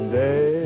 day